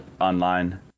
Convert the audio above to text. online